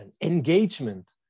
engagement